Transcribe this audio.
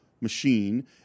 machine